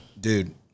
dude